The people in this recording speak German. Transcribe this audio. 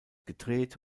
gedreht